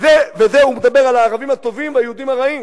וזה, הוא מדבר על הערבים הטובים והיהודים הרעים.